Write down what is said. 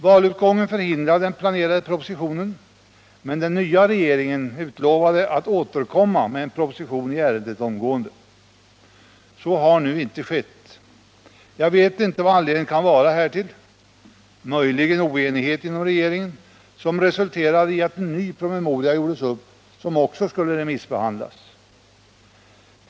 Valutgången förhindrade den planerade propositionen, men den nya regeringen lovade att återkomma med en proposition i ärendet omgående. Så har nu inte skett. Jag vet inte vad anledningen kan vara härtill, möjligen oenighet inom regeringen, som resulterade i att en ny promemoria gjordes upp, som också skulle remissbehandlas.